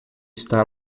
está